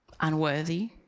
Unworthy